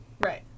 Right